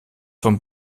vom